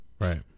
Right